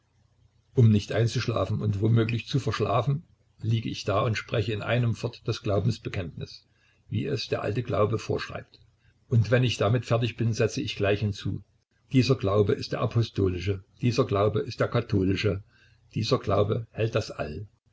um nicht einzuschlafen und womöglich zu verschlafen liege ich da und spreche in einem fort das glaubensbekenntnis wie es der alte glaube vorschreibt und wenn ich damit fertig bin setze ich gleich hinzu dieser glaube ist der apostolische dieser glaube ist der katholische dieser glaube hält das all